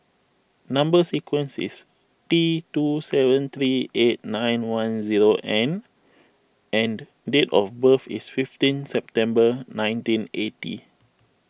Number Sequence is T two seven three eight nine one zero N and date of birth is fifteen September nineteen eighty